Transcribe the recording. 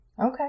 Okay